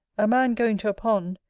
a man going to a pond,